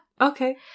Okay